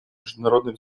международной